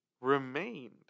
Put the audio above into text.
remained